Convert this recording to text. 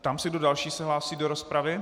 Ptám se, kdo další se hlásí do rozpravy.